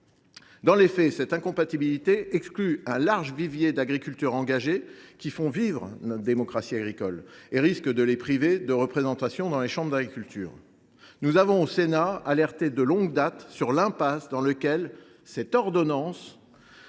Dans les faits, cette incompatibilité exclut un large vivier d’agriculteurs engagés qui font vivre notre démocratie agricole et risque de les priver de représentation dans les chambres d’agriculture. Nous avons, au Sénat, alerté de longue date sur l’impasse dans laquelle tout